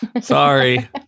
Sorry